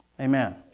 Amen